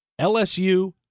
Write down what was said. LSU